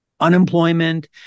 unemployment